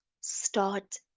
start